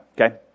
Okay